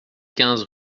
quinze